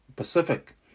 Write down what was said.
Pacific